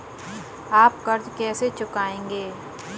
आप कर्ज कैसे चुकाएंगे?